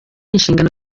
inshingano